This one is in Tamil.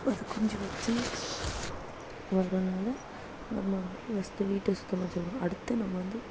அது குஞ்சு பொறித்து வரதுனால் நம்ம ஃபஸ்ட்டு வீட்டை சுத்தமாக வச்சுயிருக்கணும் அடுத்து நம்ம வந்து